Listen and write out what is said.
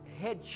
head